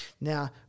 Now